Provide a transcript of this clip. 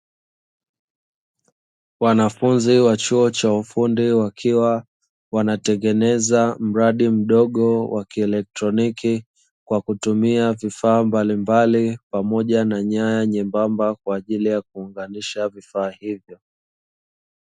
Wanafunzi wa chuo cha ufundi, wakiwa wanatengeneza mradi mdogo wa kielekitroniki, kwa kutumia vifaa mbalimbali pamoja na nyaya nyembamba kwa ajili ya kuunganisha vifaa hivyo.